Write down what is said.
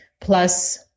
plus